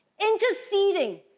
interceding